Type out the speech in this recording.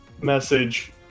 message